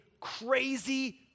crazy